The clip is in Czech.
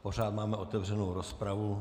Pořád máme otevřenu rozpravu.